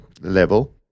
level